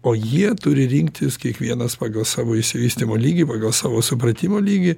o jie turi rinktis kiekvienas pagal savo išsivystymo lygį pagal savo supratimo lygį